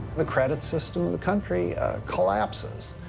the credit system in the country collapses,